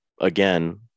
again